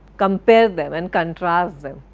compare them and contrast them,